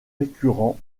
récurrent